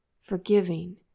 forgiving